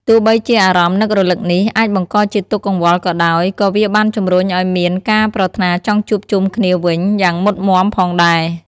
ទោះបីជាអារម្មណ៍នឹករលឹកនេះ អាចបង្កជាទុក្ខកង្វល់ក៏ដោយ ក៏វាបានជំរុញឲ្យមាន ការប្រាថ្នាចង់ជួបជុំគ្នាវិញ យ៉ាងមុតមាំផងដែរ។